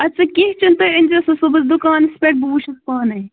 اَدٕ سا کیٚنٛہہ چھُنہٕ تُہۍ أنۍزیو سُہ صُبحَس دُکانَس پٮ۪ٹھ بہٕ وٕچھَس پانَے